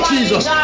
Jesus